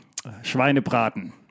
Schweinebraten